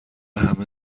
همه